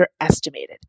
underestimated